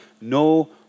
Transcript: no